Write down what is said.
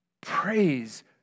Praise